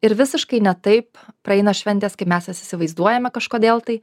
ir visiškai ne taip praeina šventės kaip mes jas įsivaizduojame kažkodėl tai